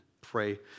Pray